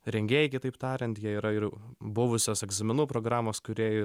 rengėjai kitaip tariant jie yra ir buvusios egzaminų programos kūrėjai